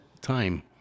time